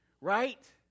Right